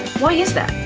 why is that?